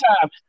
time